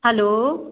hello